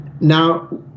now